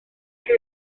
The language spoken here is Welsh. chi